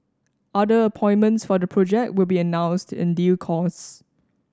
other appointments for the project will be announced in due course